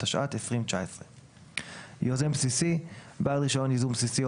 התשע"ט 2019; "יוזם בסיסי" בעל רישיון ייזום בסיסי או